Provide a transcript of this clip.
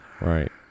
Right